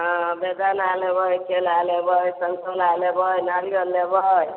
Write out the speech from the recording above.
हँ बेदाना लेबै केला लेबै सन्तोला लेबय नारिअल लेबै